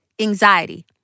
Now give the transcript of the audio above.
anxiety